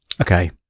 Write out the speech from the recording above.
Okay